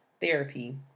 therapy